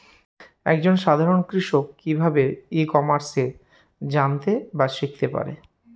এক জন সাধারন কৃষক কি ভাবে ই কমার্সে জানতে বা শিক্ষতে পারে?